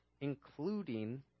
including